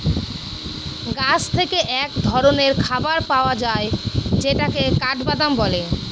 গাছ থেকে এক ধরনের খাবার পাওয়া যায় যেটাকে কাঠবাদাম বলে